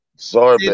Sorry